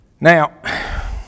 Now